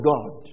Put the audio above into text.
God